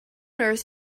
earth